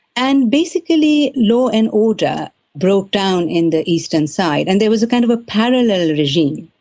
and basically law and order broke down in the eastern side, and there was kind of a parallel regime.